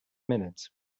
minutes